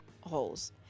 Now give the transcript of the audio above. holes